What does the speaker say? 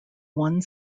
one